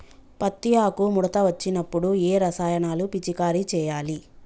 పత్తి ఆకు ముడత వచ్చినప్పుడు ఏ రసాయనాలు పిచికారీ చేయాలి?